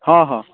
हँ हँ